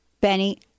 Benny